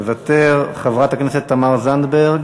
מוותר, חברת הכנסת תמר זנדברג,